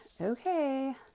okay